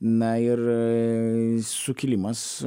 na ir sukilimas